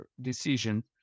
decision